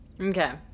Okay